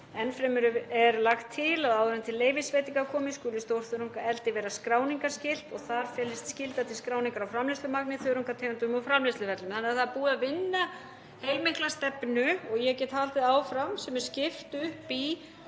enn fremur er lagt til að áður en til leyfisveitinga komi skuli stórþörungaeldi vera skráningarskylt og þar felist skylda til skráningar á framleiðslumagni, þörungategundum og framleiðsluferlum. Það er því búið að vinna heilmikla stefnu, og ég get haldið áfram, sem er skipt upp í